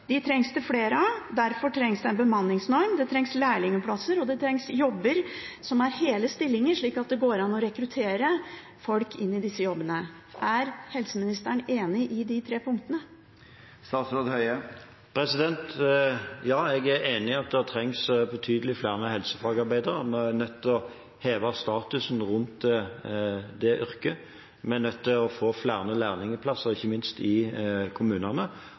De trengs det flere av, derfor trengs det en bemanningsnorm, det trengs lærlingplasser, og det trengs jobber som er hele stillinger, slik at det går an å rekruttere folk inn i disse jobbene. Er helseministeren enig i de tre punktene? Ja, jeg er enig i at det trengs betydelig flere helsefagarbeidere. En er nødt til å heve statusen til det yrket, vi er nødt til å få flere lærlingplasser, ikke minst i kommunene